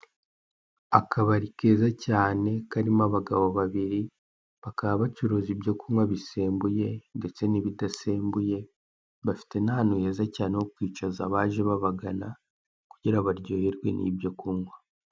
Akabari keza cyane, karimo abagabo babiri, bakaba bacuruza ibyo kunywa bisembuye ndetse n'ibidasembuye, bafite n'ahantu heza cyane ho kwicaza abaje babagana, kugira baryoherwe n'ibyo kunywa.